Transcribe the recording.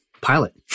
pilot